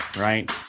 right